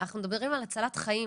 אנחנו מדברים על הצלחת חיים